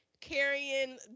carrying